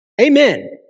Amen